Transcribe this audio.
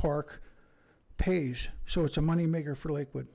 park pays so it's a moneymaker for liquid